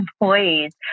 employees